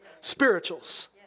spirituals